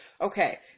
Okay